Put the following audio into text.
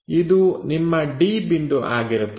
ಇದು ನಿಮ್ಮ d ಬಿಂದು ಆಗಿರುತ್ತದೆ